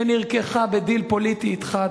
שנרקחה בדיל פוליטי אתך,